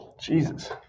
Jesus